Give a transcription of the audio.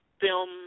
film